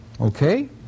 Okay